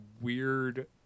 weird